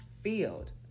field